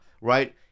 Right